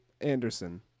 Anderson